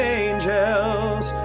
angels